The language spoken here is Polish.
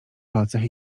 palcach